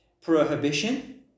prohibition